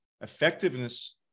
effectiveness